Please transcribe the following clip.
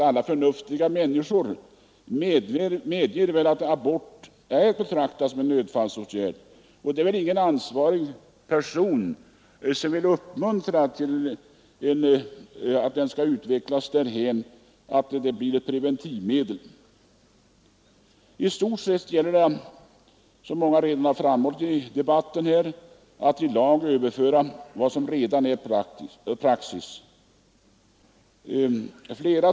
Alla förnuftiga människor anser väl att abort är att betrakta som en nödfallsåtgärd. Ingen ansvarig vill uppmuntra en utveckling som innebär att aborterna kommer att betraktas som preventivmedel. Såsom många redan framhållit i debatten gäller det nu i stort sett att i lag fastställa vad som redan är praxis.